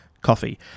coffee